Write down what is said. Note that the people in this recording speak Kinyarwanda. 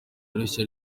yoroshye